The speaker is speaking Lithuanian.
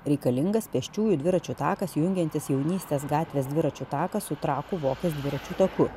reikalingas pėsčiųjų dviračių takas jungiantis jaunystės gatvės dviračių taką su trakų vokės dviračių taku